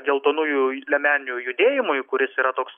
geltonųjų liemenių judėjimui kuris yra toks